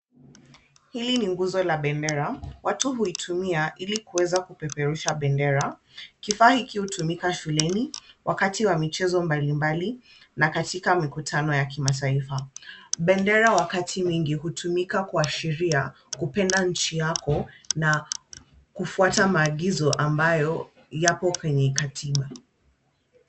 Hili ni nguzo la bendera. Watu huitumia ili kuweza kupeperusha bendera. Kifaa hiki hutumika shuleni wakati wa michezo mbalimbali na katika mikutano ya kimataifa. Bendera wakati mwingi hutumika kuwashiria kupenda nchi yako na kufuata maagizo ambayo yako kwenye katiba.